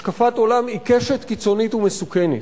השקפת עולם עיקשת, קיצונית ומסוכנת.